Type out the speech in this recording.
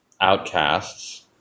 outcasts